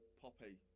poppy